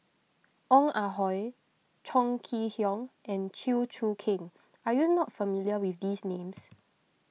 Ong Ah Hoi Chong Kee Hiong and Chew Choo Keng are you not familiar with these names